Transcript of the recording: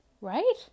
right